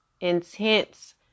intense